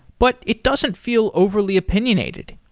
but it doesn't feel overly opinionated.